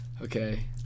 Okay